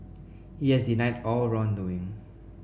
he has denied all wrongdoing